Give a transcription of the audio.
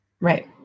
Right